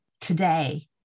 today